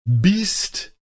Beast